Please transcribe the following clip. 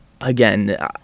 Again